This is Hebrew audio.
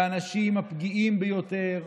לאנשים הפגיעים ביותר.